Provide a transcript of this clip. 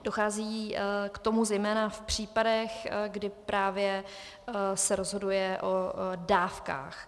Dochází k tomu zejména v případech, kdy právě se rozhoduje o dávkách.